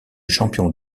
champion